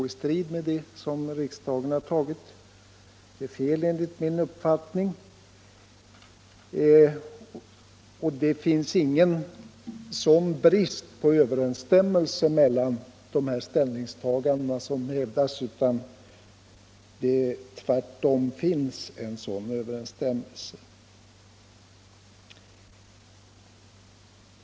Det finns ingen sådan brist på överensstämmelse mellan dessa båda ställningstaganden som det har hävdats. Det är tvärtom så att besluten står i överensstämmelse med varandra.